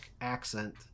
accent